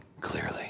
clearly